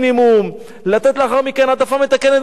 לתת לאחר מכן העדפה מתקנת במקומות עבודה.